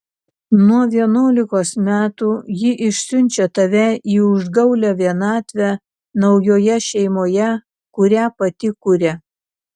nuo vienuolikos metų ji išsiunčia tave į užgaulią vienatvę naujoje šeimoje kurią pati kuria